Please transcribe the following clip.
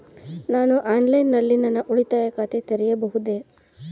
ನಾನು ಆನ್ಲೈನ್ ನಲ್ಲಿ ನನ್ನ ಉಳಿತಾಯ ಖಾತೆ ತೆರೆಯಬಹುದೇ?